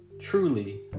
truly